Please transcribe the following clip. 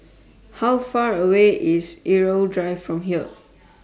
How Far away IS Irau Drive from here